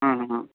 हां हां हां